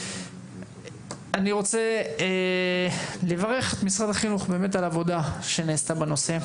אני רוצה לברך את משרד החינוך על העבודה שנעשתה בנושא.